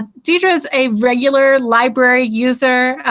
ah deirdre is a regular library user,